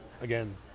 again